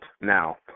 now